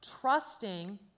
trusting